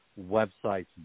websites